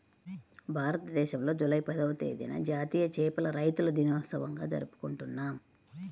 భారతదేశంలో జూలై పదవ తేదీన జాతీయ చేపల రైతుల దినోత్సవంగా జరుపుకుంటున్నాం